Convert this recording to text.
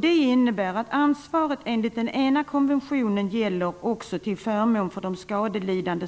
Det innebär att ansvaret enligt den ena konventionen gäller också till förmån för de skadelidande